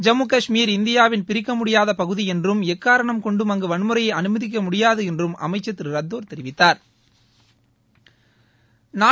ஜம்மு கஷ்மீர் இந்தியாவின் பிரிக்க முடியாத பகுதி என்றும் எக்காரணம் கொண்டும் அங்கு வன்முறையை அனுமதிக்க முடியாது என்று அமைச்சர் திரு ரத்தோர் தெரிவித்தாா்